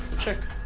check!